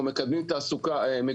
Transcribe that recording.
אנחנו מקדמים מגורים,